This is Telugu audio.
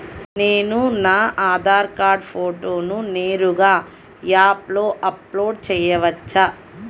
నేను నా ఆధార్ కార్డ్ ఫోటోను నేరుగా యాప్లో అప్లోడ్ చేయవచ్చా?